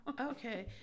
Okay